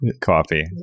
coffee